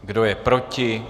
Kdo je proti?